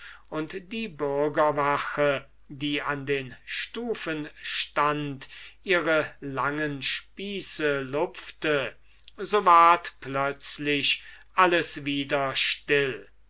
und die bürgerwache die an den stufen stund ihre langen spieße lupfte so ward plötzlich alles wieder stille